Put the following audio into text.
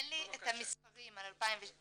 אין לי את המספרים על 2016,